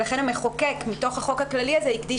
ולכן המחוקק מתוך החוק הכללי הזה הקדיש